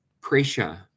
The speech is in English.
pressure